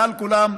מעל כולם,